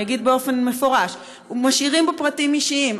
אגיד באופן מפורש: משאירים בו פרטים אישיים.